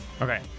Okay